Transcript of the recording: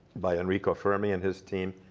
by enrico fermi and his team.